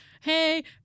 hey